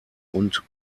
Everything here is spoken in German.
und